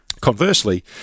Conversely